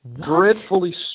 dreadfully